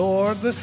Lord